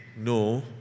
no